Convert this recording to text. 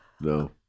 No